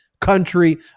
country